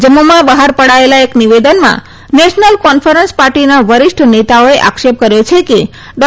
જમ્મુમાં બહાર પડાયેલા એક નિવેદનમાં નેશનલ કોન્ફરન્સ પાર્ટીના વરિષ્ઠ નેતાઓએ આક્ષેપ કર્યો છે કે ડો